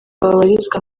babarizwa